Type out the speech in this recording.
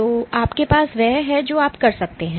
तो आपके पास वह है जो आप कर सकते हैं